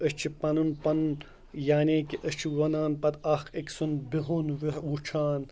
أسۍ چھِ پَنُن پَنُن یعنی کہِ أسۍ چھِ وَنان پَتہٕ اَکھ أکۍ سُنٛد بِہُن وُچھان